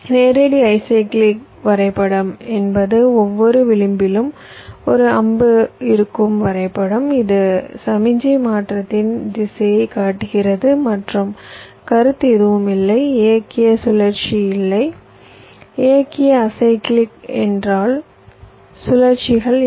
நேரடி அசைக்ளிக் வரைபடம் என்பது ஒவ்வொரு விளிம்பிலும் ஒரு அம்பு இருக்கும் வரைபடம் இது சமிக்ஞை மாற்றத்தின் திசையைக் காட்டுகிறது மற்றும் கருத்து எதுவும் இல்லை இயக்கிய சுழற்சி இல்லை இயக்கிய அசைக்ளிக் என்றால் சுழற்சிகள் இல்லை